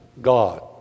God